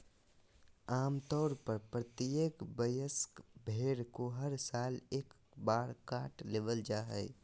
आम तौर पर प्रत्येक वयस्क भेड़ को हर साल एक बार काट लेबल जा हइ